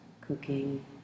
cooking